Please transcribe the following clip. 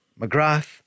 McGrath